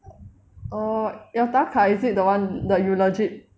orh ya your 打卡 it the one that you legit